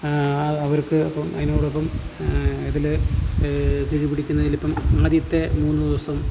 അവർക്ക് ഇപ്പം അതിനോടൊപ്പം ഇതിൽ കിഴി പിടിക്കുന്നതിലിപ്പം ആദ്യത്തെ മൂന്ന് ദിവസം